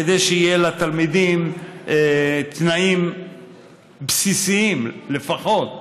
כדי שיהיו לתלמידים תנאים בסיסיים לפחות,